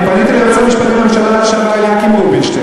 אני פניתי ליועץ המשפטי לממשלה לשעבר אליקים רובינשטיין,